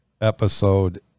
episode